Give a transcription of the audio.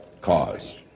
cause